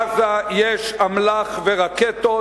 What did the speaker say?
בעזה יש אמל"ח ורקטות,